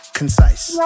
concise